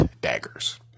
daggers